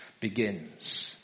begins